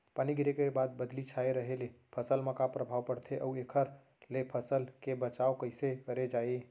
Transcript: पानी गिरे के बाद बदली छाये रहे ले फसल मा का प्रभाव पड़थे अऊ एखर ले फसल के बचाव कइसे करे जाये?